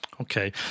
Okay